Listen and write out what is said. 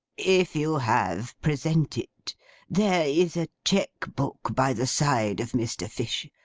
if you have, present it. there is a cheque-book by the side of mr. fish.